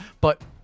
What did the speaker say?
But-